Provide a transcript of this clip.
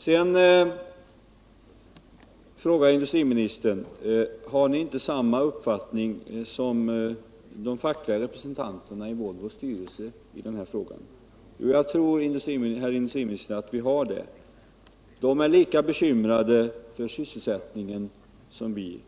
Sedan frågar industriministern: ”Har ni inte samma uppfattning i den här frågan som de fackliga representanterna i Volvos styrelse? Jo, herr industriminister, jag tror att vi har det. De är lika bekymrade för sysselsättningen som vi